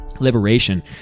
liberation